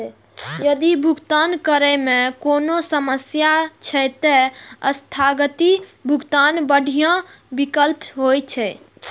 यदि भुगतान करै मे कोनो समस्या छै, ते स्थगित भुगतान बढ़िया विकल्प होइ छै